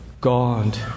God